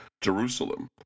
Jerusalem